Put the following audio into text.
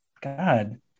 God